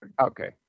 okay